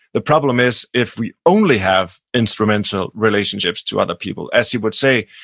the problem is if we only have instrumental relationships to other people. as you would say,